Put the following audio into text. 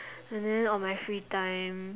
and then on my free time